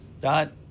dot